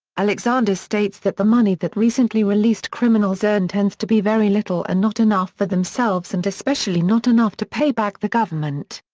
alexander states that the money that recently released criminals earn tends to be very little and not enough for themselves and especially not enough to pay back the government.